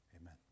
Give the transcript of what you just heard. Amen